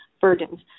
burdens